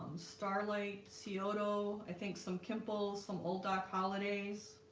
starlight, scioto, i think some kimple some old doc holidays